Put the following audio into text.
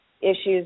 Issues